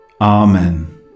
Amen